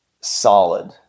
solid